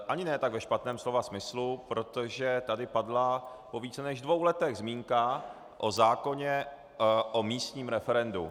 Ani ne tak ve špatném slova smyslu, protože tady padla po více než dvou letech zmínka o zákoně o místním referendu.